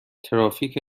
ترافیک